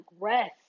rest